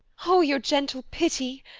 oh, your gentle pity!